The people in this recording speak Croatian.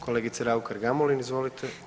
Kolegice Raukar-Gamulin, izvolite.